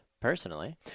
personally